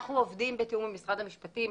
אנחנו עובדים בתיאום עם משרד המשפטים.